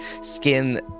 skin